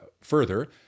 further